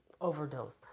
overdosed